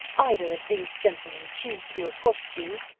either of these gentlemen choose to accost you,